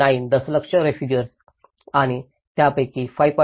9 दशलक्ष रेफुजिर्स आणि त्यापैकी 5